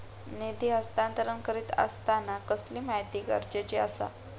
निधी हस्तांतरण करीत आसताना कसली माहिती गरजेची आसा?